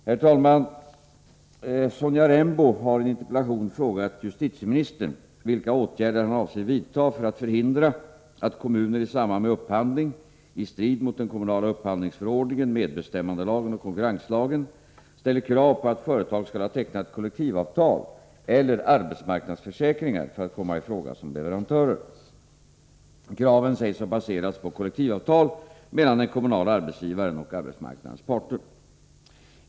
Herr talman! Sonja Rembo har i en interpellation frågat justitieministern vilka åtgärder justitieministern avser vidta för att förhindra att kommuner i samband med upphandling — i strid mot den kommunala upphandlingsförordningen, medbestämmandelagen och konkurrenslagen — ställer krav på att företag skall ha tecknat kollektivavtal eller arbetsmarknadsförsäkringar för att komma i fråga som leverantörer. Kraven sägs ha baserats på kollektivavtal mellan den kommunala arbetsgivaren och arbetsmarknadens parter.